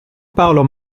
paolo